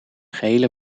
gehele